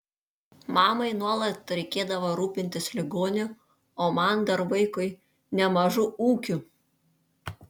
mamai nuolat reikėdavo rūpintis ligoniu o man dar vaikui nemažu ūkiu